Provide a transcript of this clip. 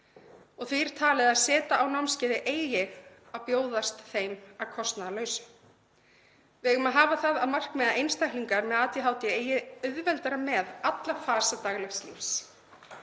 Því er talið að seta á námskeiði eigi að bjóðast þeim að kostnaðarlausu. Við eigum að hafa það að markmiði að einstaklingar með ADHD eigi auðveldara með alla fasa daglegs lífs